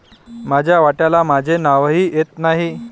माझ्या वाट्याला माझे नावही येत नाही